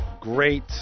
great